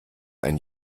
ein